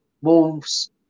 Wolves